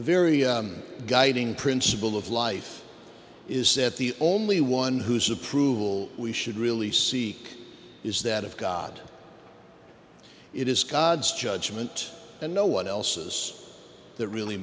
very guiding principle of life is that the only one whose approval we should really seek is that of god it is god's judgment and no one else's that really